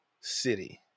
city